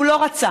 הוא לא רצה.